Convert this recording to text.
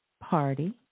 party